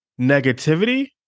Negativity